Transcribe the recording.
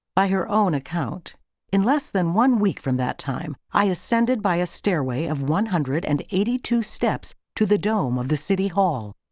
by her own account in less than one week from that time, i ascended by a stairway of one hundred and eighty-two steps to the dome of the city hall.